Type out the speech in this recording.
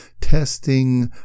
testing